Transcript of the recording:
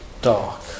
dark